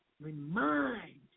remind